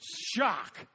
Shock